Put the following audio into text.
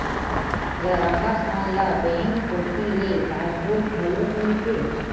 गराहक मन ल बेंक कोती ले पासबुक घलोक मिलथे